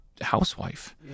housewife